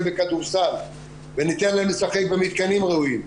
וכדורסל וניתן להן לשחק במתקנים ראויים,